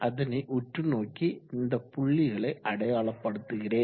அதனை உற்று நோக்கி இந்த புள்ளிகளை அடையாளப்படுத்துகிறேன்